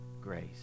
grace